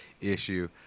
issue